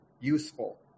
useful